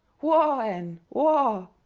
whoa, ann, whoa!